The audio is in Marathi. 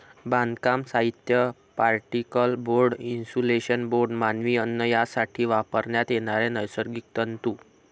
बांधकाम साहित्य, पार्टिकल बोर्ड, इन्सुलेशन बोर्ड, मानवी अन्न यासाठी वापरण्यात येणारे नैसर्गिक तंतू